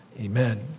Amen